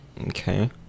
Okay